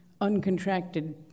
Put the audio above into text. uncontracted